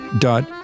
dot